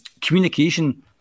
communication